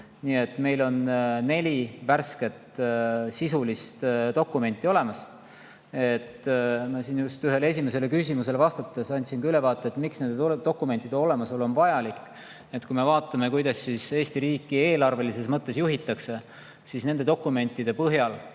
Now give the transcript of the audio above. Nii et meil on neli värsket sisulist dokumenti olemas. Ma siin ühele esimestest küsimustest vastates andsin ülevaate, miks nende dokumentide olemasolu on vajalik. Kui me vaatame, kuidas Eesti riiki eelarvelises mõttes juhitakse, siis nende dokumentide alusel